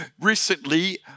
Recently